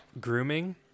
grooming